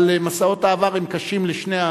אבל משאות העבר הם קשים לשני,